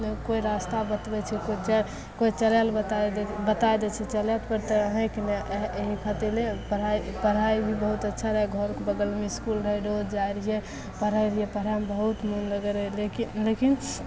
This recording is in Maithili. नहि कोइ रास्ता बतबै छै केओके केओ पढ़ए लए बता दै बताए दै छै सलेक्ट कऽ के रटि लए एहि खातिर ले पढ़ाइ पढ़ाइ भी बहुत अच्छा रहै घरक बगलमे इसकुल रहै रोज जाइ रहियै पढ़ै रहियै पढ़एमे बहुत मन लगैत रहै लेकिन लेकिन